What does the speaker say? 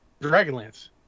Dragonlance